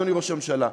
אדוני ראש הממשלה,